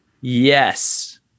Yes